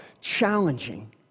challenging